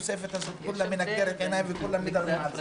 התוספת הזאת מנקרת עיניים וכולם מדברים על זה.